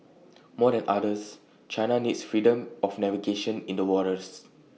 more than others China needs freedom of navigation in the waters